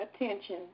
attention